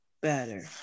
better